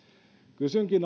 kysynkin